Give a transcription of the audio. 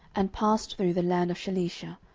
and passed through the land of shalisha,